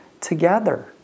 together